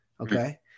Okay